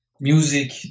music